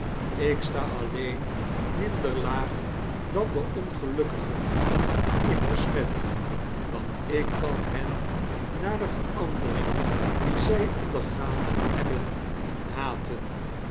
ik sta alleen minder laag dan de ongelukkigen die ik besmet want ik kan hen na de verandering die zij ondergaan hebben haten